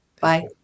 Bye